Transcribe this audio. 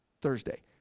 Thursday